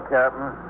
Captain